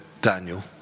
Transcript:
Daniel